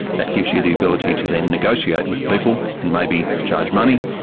that gives you the ability to then negotiate with people, and maybe charge money,